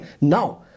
Now